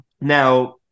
now